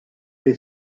est